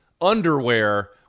underwear